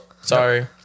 Sorry